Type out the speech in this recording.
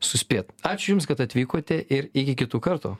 suspėt ačiū jums kad atvykote ir iki kitų kartų